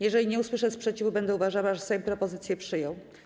Jeżeli nie usłyszę sprzeciwu, będę uważała, że Sejm propozycję przyjął.